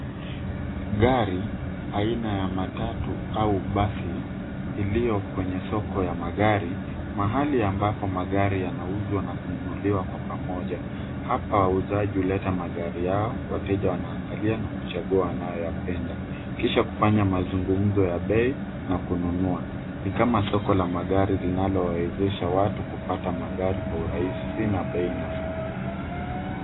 Gari aina ya matatu au basi iliyo kwenye soko ya magari mahali ambapo magari yanauzwa na kununuliwa kwa pamoja. Hapa wauzaji huleta magari yao, wateja wanaangalia na kuchagua wanayoyapenda, kisha kufanya mazungumzo ya bei na kununua. Ni kama soko la magari linalowawezesha watu kupata magari kwa urahisi na bei nafuu.